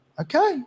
okay